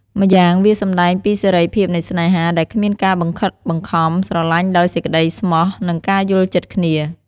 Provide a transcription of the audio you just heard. ម្យ៉ាងវាសម្ដែងពីសេរីភាពនៃស្នេហា ដែលគ្មានការបង្ខិតបង្ខំ ស្រលាញ់ដោយសេចក្តីស្មោះ និងការយល់ចិត្តគ្នា។